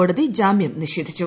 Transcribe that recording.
കോടതി ജാമ്യം നിഷേധിച്ചു